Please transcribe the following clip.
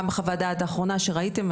גם בחוות הדעת האחרונה שראיתם,